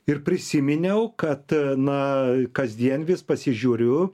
ir prisiminiau kad na kasdien vis pasižiūriu